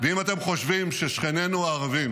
ואם אתם חושבים ששכנינו הערבים